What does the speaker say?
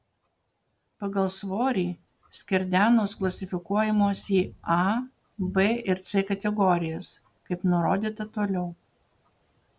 pagal svorį skerdenos klasifikuojamos į a b ir c kategorijas kaip nurodyta toliau